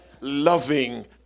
loving